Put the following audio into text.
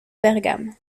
bergame